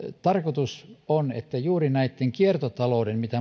tarkoitus on että juuri kiertotalouden hengessä mitä